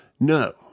No